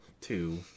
two